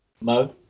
Mo